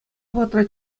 вӑхӑтра